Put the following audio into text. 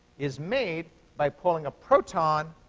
is made by pulling a proton